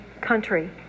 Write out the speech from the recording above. country